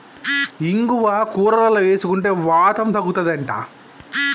ఇంగువ కూరలల్ల వేసుకుంటే వాతం తగ్గుతది అంట